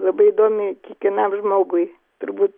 labai įdomi kiekvienam žmogui turbūt